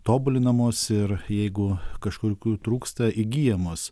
tobulinamos ir jeigu kažkur kur trūksta įgyjamos